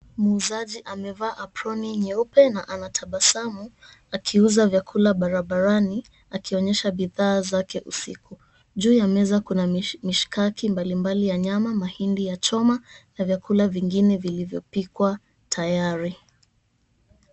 Muuzaji amevaa aproni nyeupe na anatabasamu akiuza vyakula barabarani, akionyesha bidhaa zake usiku. Juu ya meza kuna mishkaki mbalimbali ya nyama mahindi ya choma na vyakula vingine vilivyopikwa tayari.